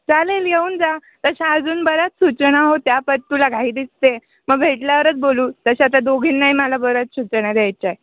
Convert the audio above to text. चालेल येऊन जा तशा अजून बऱ्याच सूचना होत्या पण तुला घाई दिसते मग भेटल्यावरच बोलू तशा त्या दोघींनाही मला बऱ्याच सूचना द्यायच्या आहे